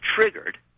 triggered